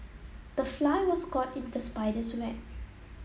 the fly was caught in the spider's web